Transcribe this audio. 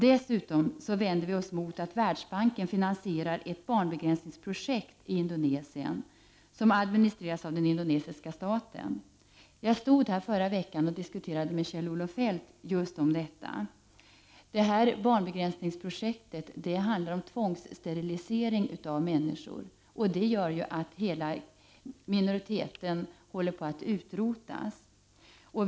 Dessutom vänder vi oss mot att Världsbanken finansierar ett barnbegränsningsprojekt i Indonesien som administreras av den indonesiska staten. Jag stod här i förra veckan och diskuterade med Kjell-Olof Feldt just om detta. Det här barnbegränsningsprojektet handlar om tvångssterilisering av människor, och det gör att hela minoriteten håller på att utrotas.